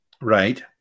Right